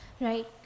right